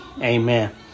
amen